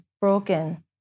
broken